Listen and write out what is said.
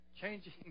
changing